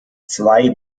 zwei